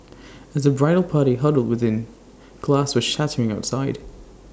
as the bridal party huddled within glass was shattering outside